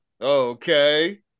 Okay